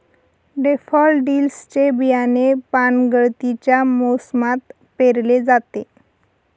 daffodils चे बियाणे पानगळतीच्या मोसमात पेरले जाते